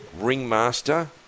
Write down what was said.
Ringmaster